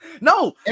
No